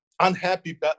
unhappy